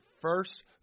first